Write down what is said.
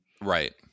right